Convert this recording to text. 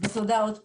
תודה עוד פעם,